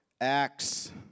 Acts